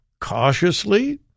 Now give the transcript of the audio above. cautiously